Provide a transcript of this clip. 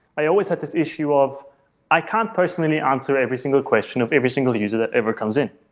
i always had this issue of i can't personally answer every single question of every single user that ever comes in.